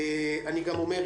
אני גם אומר,